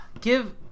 Give